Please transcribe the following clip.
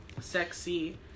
sexy